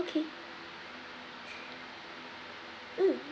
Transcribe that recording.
okay mm